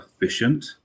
efficient